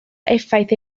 effaith